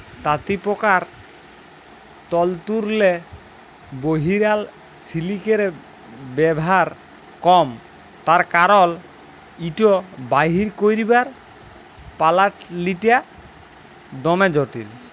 তাঁতিপকার তল্তুরলে বহিরাল সিলিকের ব্যাভার কম তার কারল ইট বাইর ক্যইরবার পলালিটা দমে জটিল